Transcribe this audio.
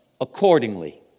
accordingly